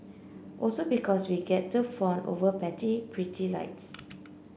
also because we get to fawn over pretty lights